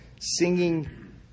singing